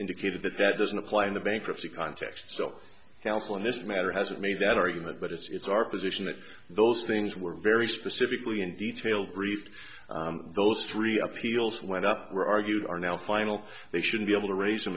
indicated that that doesn't apply in the bankruptcy context so counsel in this matter hasn't made that argument but it's our position that those things were very specifically in detail brief those three appeals went up were argued are now final they should be able to raise them